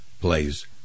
plays